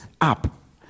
up